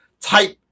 type